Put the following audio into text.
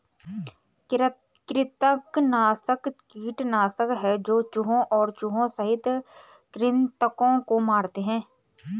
कृंतकनाशक कीटनाशक है जो चूहों और चूहों सहित कृन्तकों को मारते है